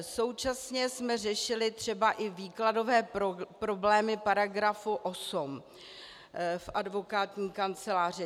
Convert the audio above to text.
Současně jsme řešili třeba i výkladové problémy § 8 v advokátní kanceláři.